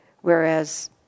Whereas